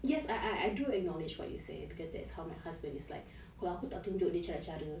yes I I do acknowledge what you say because that's how my husband is like kalau aku tak tunjuk dia cara-cara